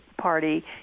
party